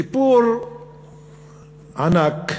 סיפור ענק,